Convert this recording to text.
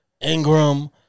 Ingram